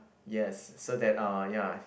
yes so that uh ya